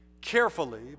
carefully